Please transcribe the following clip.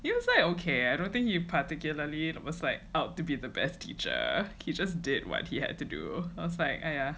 you will say okay I don't think you particularly it was like out to be the best teacher he just did what he had to do I was like !aiya!